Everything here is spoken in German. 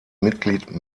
mitglied